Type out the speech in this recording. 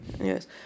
Yes